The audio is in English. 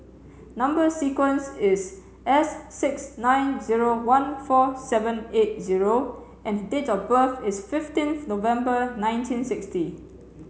number sequence is S six nine zero one four seven eight zero and date of birth is fifteenth November nineteen sixty